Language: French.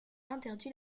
interdit